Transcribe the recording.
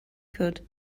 could